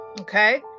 okay